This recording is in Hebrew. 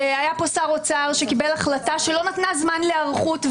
כשהיה פה שר אוצר שקיבל החלטה שלא מקנה זמן להיערכות,